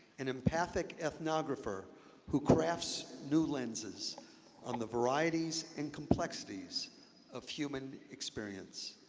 an empathic ethnographer who crafts new lenses on the varieties and complexities of human experience,